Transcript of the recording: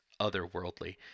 otherworldly